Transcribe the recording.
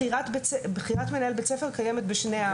בחירת מנהל בית ספר קיימת בשני הערוצים.